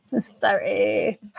Sorry